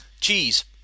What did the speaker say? cheese